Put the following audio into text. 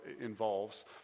involves